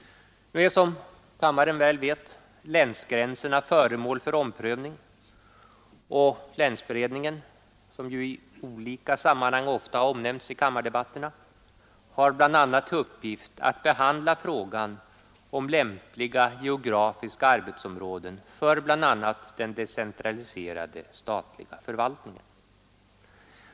Nu är, som kammaren väl vet, länsgränserna föremål för omprövning. Länsberedningen, som i olika sammanhang ofta omnämns i kammardebatterna, har bl.a. till uppgift att behandla frågan om lämpliga geografiska arbetsområden för den decentraliserade statliga förvaltningen.